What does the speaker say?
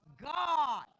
God